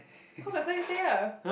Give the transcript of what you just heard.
cause my sir is tay ah